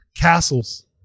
Castles